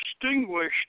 distinguished